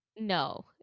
no